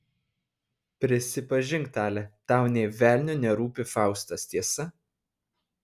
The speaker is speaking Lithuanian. prisipažink tale tau nė velnio nerūpi faustas tiesa